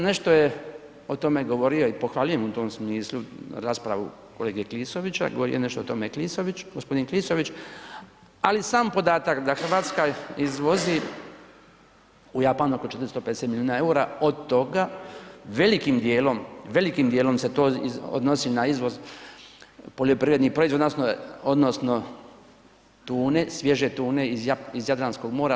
Nešto je o tome govorio i pohvaljujem u tom smislu raspravu kolege Klisovića, govorio je nešto o tome i Klisović, gospodin Klisović, ali sam podatak da Hrvatska izvozi u Japan oko 450 miliona EUR-a od toga velikim dijelom, velikim dijelom se to odnosi na izvoz poljoprivrednih proizvoda odnosno tune, svježe tune iz Jadranskog mora.